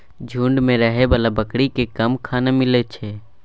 झूंड मे रहै बला बकरी केँ कम खाना मिलइ छै